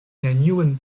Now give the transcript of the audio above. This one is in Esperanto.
neniun